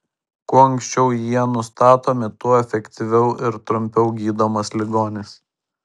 kuo anksčiau jie nustatomi tuo efektyviau ir trumpiau gydomas ligonis